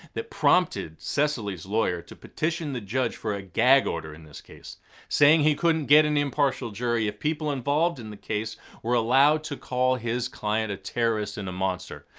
that prompted cecily's lawyer to petition the judge for a gag order. in this case saying he couldn't get an impartial jury if people involved in the case were allowed to call his client a terrorist and a monster.